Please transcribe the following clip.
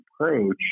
approach